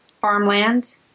farmland